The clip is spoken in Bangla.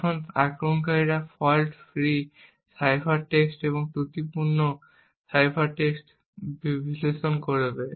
এখন আক্রমণকারী ফল্ট ফ্রি সাইফার টেক্সট এবং ত্রুটিপূর্ণ সাইফার টেক্সট বিশ্লেষণ করবে